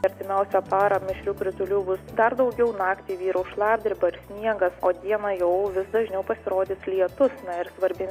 artimiausią parą mišrių kritulių bus dar daugiau naktį vyraus šlapdriba ir sniegas o dieną jau vis dažniau pasirodys lietus ir svarbi